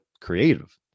creative